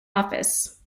office